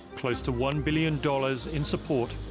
close to one billion dollars in support,